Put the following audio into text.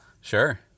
sure